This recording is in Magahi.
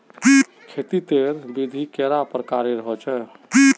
खेत तेर विधि कैडा प्रकारेर होचे?